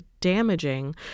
damaging